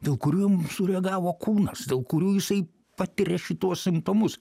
dėl kurių jam sureagavo kūnas dėl kurių jisai patiria šituos simptomus